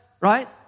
right